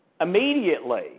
immediately